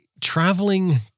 traveling